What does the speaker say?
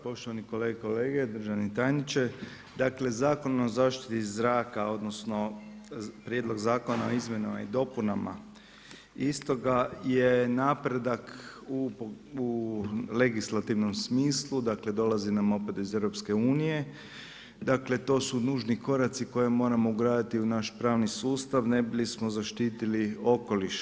Poštovani kolegice i kolege, državni tajniče, dakle Zakon o zaštiti zraka odnosno, prijedlog Zakona o izmjenama i dopunama istoga je napredak u legislativnom smislu, dakle, dolazi nam opet iz EU, to su nužni koraci koje moramo ugraditi u naš pravni sustav, ne bi li smo zaštitili okoliš.